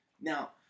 Now